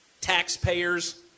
taxpayers